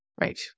Right